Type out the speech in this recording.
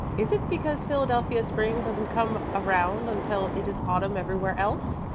is it because philadelphia spring doesn't come around until it is autumn everywhere else?